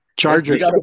Chargers